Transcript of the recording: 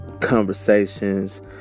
conversations